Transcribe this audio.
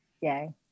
Yay